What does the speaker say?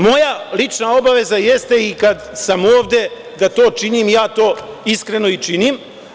Moja lična obaveza jeste i kada sam ovde da to činim i ja to iskreno i činim.